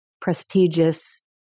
prestigious